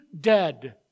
dead